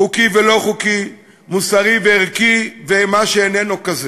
חוקי ולא חוקי, מוסרי וערכי ומה שאיננו כזה.